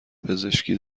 پزشکی